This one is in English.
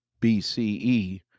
bce